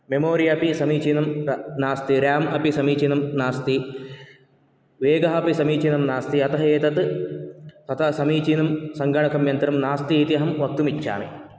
memory अपि समीचीनं न् नास्ति रेम् अपि समीचीनं नास्ति वेगः अपि समीचीनं नास्ति अतः एतद् समीचीनं सङ्गणकं यन्त्रं नास्ति इति अहं वक्तुमिच्छामि